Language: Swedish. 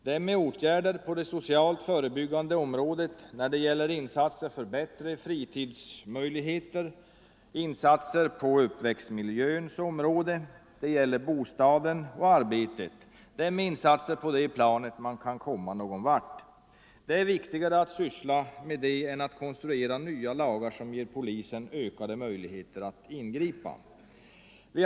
Det är med åtgärder på det socialt Torsdagen den förebyggande området såsom insatser för bättre fritidsmöjligheter, för 7 november 1974 uppväxtmiljön, för bostaden och för arbetet som man kan komma någon — LL Vart. Det är viktigare att syssla med det än att konstruera nya lagar Upphävande av som ger polisen ökade möjligheter att ingripa.